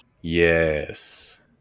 Yes